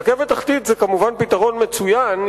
רכבת תחתית זה כמובן פתרון מצוין,